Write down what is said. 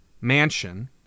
mansion